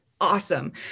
awesome